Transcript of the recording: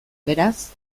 beraz